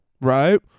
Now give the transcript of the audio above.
right